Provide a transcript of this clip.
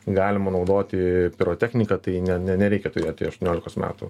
galima naudoti pirotechniką tai ne ne nereikia turėti aštuoniolikos metų